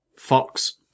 fox